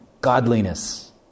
godliness